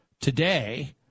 today